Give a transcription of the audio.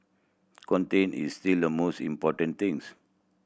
content is still the most important things